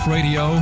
Radio